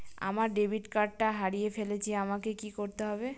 আমার ডেবিট কার্ডটা হারিয়ে ফেলেছি আমাকে কি করতে হবে?